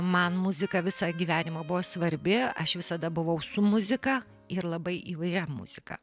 man muzika visą gyvenimą buvo svarbi aš visada buvau su muzika ir labai įvairia muzika